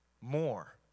more